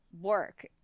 work